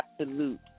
absolute